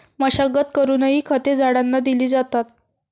मशागत करूनही खते झाडांना दिली जातात